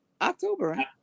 October